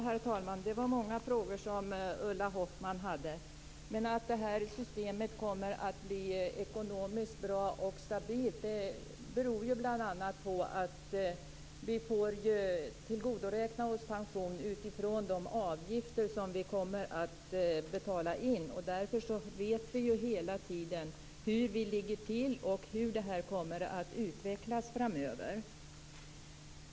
Herr talman! Det var många frågor som Ulla Att systemet kommer att bli ekonomiskt bra och stabilt beror bl.a. på att vi får tillgodoräkna oss pension utifrån de avgifter som vi kommer att betala in. Därför vet vi hela tiden hur vi ligger till och hur det hela kommer att utvecklas framöver.